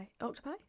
Octopi